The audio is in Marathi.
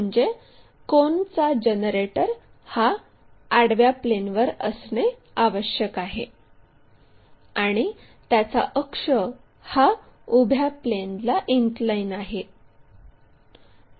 म्हणजे कोनचा जनरेटर हा आडव्या प्लेनवर असणे आवश्यक आहे आणि त्याचा अक्ष हा उभ्या प्लेनला इनक्लाइन आहे